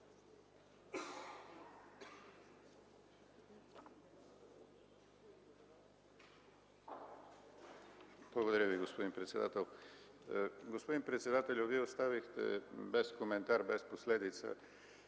Благодаря, господин председател. Господин председателю, Вие оставихте без коментар, без последица